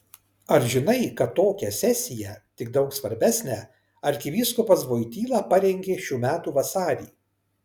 ar žinai kad tokią sesiją tik daug svarbesnę arkivyskupas voityla parengė šių metų vasarį